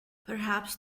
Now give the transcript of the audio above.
perhaps